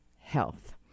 health